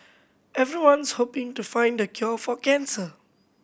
everyone's hoping to find the cure for cancer